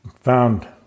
found